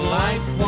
life